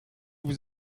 vous